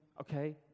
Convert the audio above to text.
okay